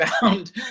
found